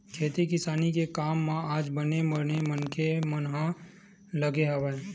खेती किसानी के काम म आज बने बने मनखे मन ह लगे हवय